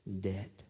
debt